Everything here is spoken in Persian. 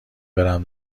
برم